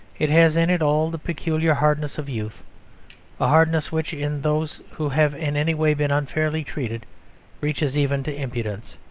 it has in it all the peculiar hardness of youth a hardness which in those who have in any way been unfairly treated reaches even to impudence.